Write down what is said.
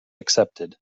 accepted